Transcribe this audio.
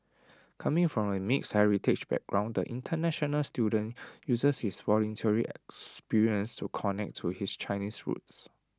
coming from A mixed heritage background the International student uses his volunteering experience to connect to his Chinese roots